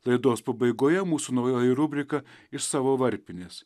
laidos pabaigoje mūsų naujoji rubrika iš savo varpinės